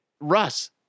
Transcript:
Russ